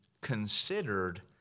considered